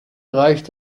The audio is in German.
reicht